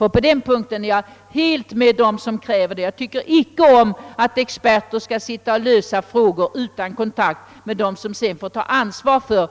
Jag tycker inte som sagt att experter skall lösa dessa problem utan kontakt med dem som sedan får ta ansvaret